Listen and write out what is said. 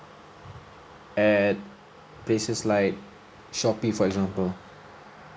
at places like Shopee for example